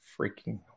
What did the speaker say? freaking